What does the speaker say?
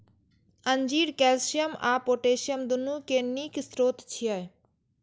अंजीर कैल्शियम आ पोटेशियम, दुनू के नीक स्रोत छियै